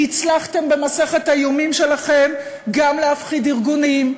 כי הצלחתם במסכת האיומים שלכם גם להפחיד ארגונים,